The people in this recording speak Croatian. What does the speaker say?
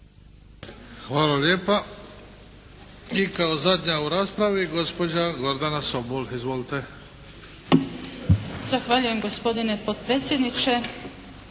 Hvala lijepa. I kao zadnja u raspravi gospođa Gordana Sobol. Izvolite. **Sobol, Gordana (SDP)** Zahvaljujem gospodine potpredsjedniče.